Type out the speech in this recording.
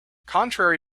contrary